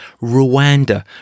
Rwanda